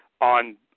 on